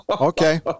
Okay